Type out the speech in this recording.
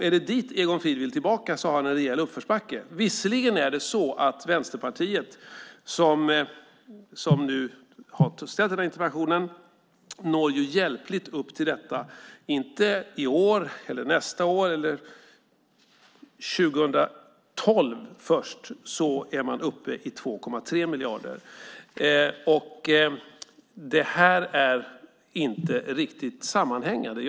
Är det dit Egon Frid vill tillbaka har han en rejäl uppförsbacke. Visserligen når Vänsterpartiet, som har ställt den här interpellationen, hjälpligt upp till detta. Inte i år eller nästa år utan först 2012 är man uppe i 2,3 miljarder. Detta är inte riktigt sammanhängande.